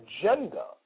agenda